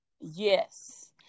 Yes